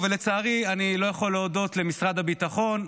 לצערי אני לא יכול להודות למשרד הביטחון.